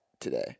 today